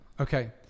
Okay